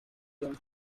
you